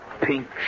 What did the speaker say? pink